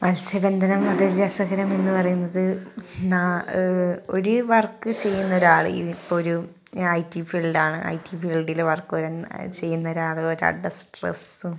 മത്സ്യബന്ധനം അത് ഒരു രസകരമെന്ന് പറയുന്നത് ഒരു വർക്ക് ചെയ്യുന്ന ഒരാൾ ഇതിപ്പം ഒരു ഞാൻ ഐ ടി ഫീൽഡാണ് ഐ ടി ഫീൽഡിൽ വർക്ക് വരുന്ന ചെയ്യുന്ന ഒരാൾ ഒരാളുടെ സ്ട്രെസ്സും